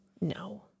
No